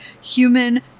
human